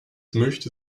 möchte